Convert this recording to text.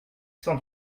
cent